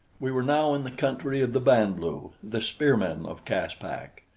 we were now in the country of the band-lu, the spearmen of caspak.